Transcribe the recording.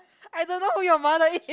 I don't know who your mother is